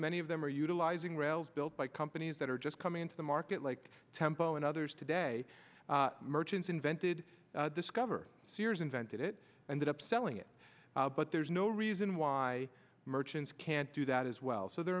many of them are utilizing rails built by companies that are just coming into the market like tempo and others today merchants invented discover sears invented it ended up selling it but there's no reason why merchants can't do that as well so there